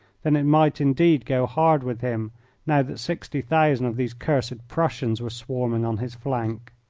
then it might, indeed, go hard with him now that sixty thousand of these cursed prussians were swarming on his flank.